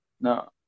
No